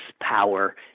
power